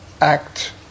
act